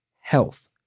health